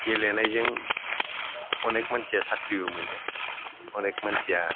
गेलेनायजों अनेक मानसिया साख्रिबो मोनो अनेक मानसिया